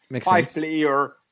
Five-player